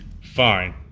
fine